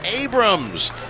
Abrams